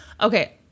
Okay